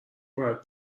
باید